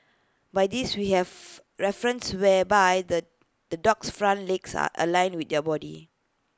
by this we have reference whereby the the dog's front legs are aligned with your body